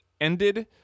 ended